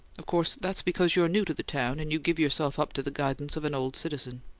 of course that's because you're new to the town, and you give yourself up to the guidance of an old citizen.